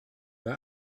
bei